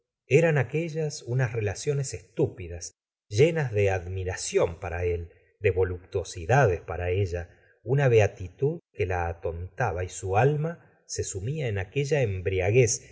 eran aquellas unas relaciones estúpidas llenas de admiración para él de voluptuosidades para ella una beatitud que la atontaba y su alma se sumia en aquella embriaguez